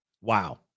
Wow